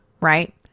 right